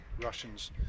Russians